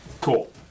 Cool